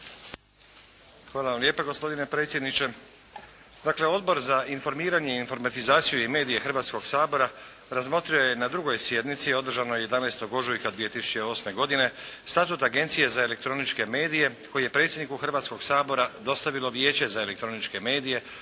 Hvala vam lijepa gospodine predsjedniče. Dakle Odbor za informiranje, informatizaciju i medije Hrvatskoga sabora razmotrio je na 2. sjednici održanoj 11. ožujka 2008. godine Statut Agencije za elektroničke medije koji je predsjedniku Hrvatskoga sabora dostavilo Vijeće za elektroničke medije